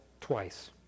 twice